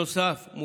נוסף על כך,